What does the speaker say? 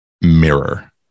mirror